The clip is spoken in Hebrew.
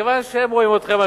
מכיוון שהם רואים אתכם,